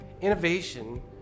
Innovation